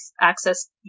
access